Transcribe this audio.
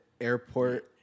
airport